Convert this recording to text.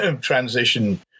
transition